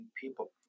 People